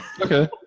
Okay